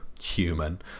human